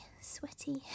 sweaty